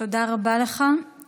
תודה רבה לך,